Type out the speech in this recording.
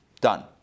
Done